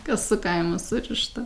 kas su kaimu surišta